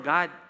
God